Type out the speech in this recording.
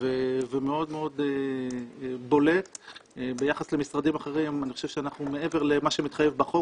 ומאוד בולט ביחס למשרדים אחרים אני חושב שאנחנו מעבר למה שמתחייב בחוק,